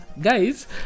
Guys